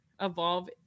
evolve